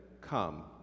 come